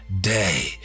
day